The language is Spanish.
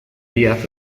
díaz